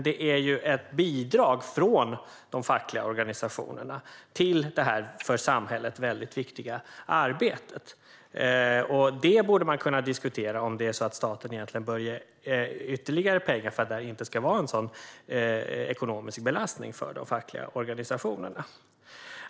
Det är dock ett bidrag från de fackliga organisationerna till detta för samhället väldigt viktiga arbete. Man borde kunna diskutera om staten bör ge ytterligare pengar för att det här inte ska vara en sådan ekonomisk belastning för de fackliga organisationerna.